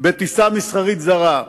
בטיסה מסחרית זרה.